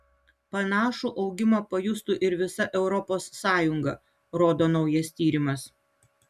panašų augimą pajustų ir visa europos sąjunga rodo naujas tyrimas